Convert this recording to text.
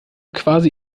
quasi